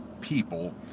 people